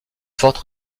forte